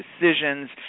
decisions